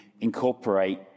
incorporate